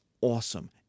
awesome